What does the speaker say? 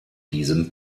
diesem